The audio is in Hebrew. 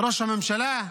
ראש הממשלה,